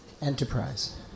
enterprise